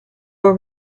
were